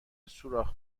سوراخ